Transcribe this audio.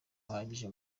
bahagije